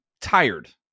tired